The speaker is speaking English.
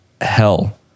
hell